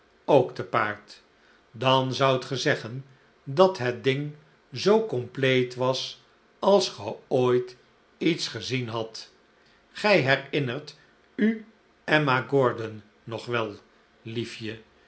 ook te paard dan zoudt ge zeggen dat het ding zoo compleet was als ge ooit iets gezien had gij herinnert u emma gordon nog wel liefje